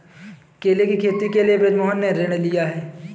केले की खेती के लिए बृजमोहन ने ऋण लिया है